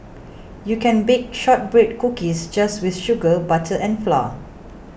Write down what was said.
you can bake Shortbread Cookies just with sugar butter and flour